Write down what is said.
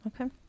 okay